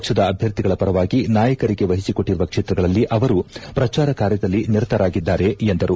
ಪಕ್ಷದ ಅಭ್ಯರ್ಥಿಗಳ ಪರವಾಗಿ ನಾಯಕರಿಗೆ ವಹಿಸಿಕೊಟ್ಟರುವ ಕ್ಷೇತ್ರಗಳಲ್ಲಿ ಅವರು ಪ್ರಚಾರ ಕಾರ್ಯದಲ್ಲಿ ನಿರತರಾಗಿದ್ದಾರೆ ಎಂದರು